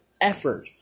effort